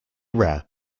rare